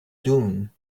dune